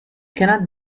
cannot